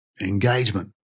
engagement